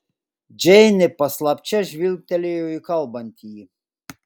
džeinė paslapčia žvilgtelėjo į kalbantįjį